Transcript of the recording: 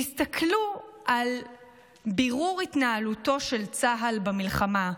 תסתכלו על בירור התנהלותו של צה"ל במלחמה,